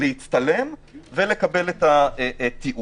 להצטלם ולקבל את התיעוד.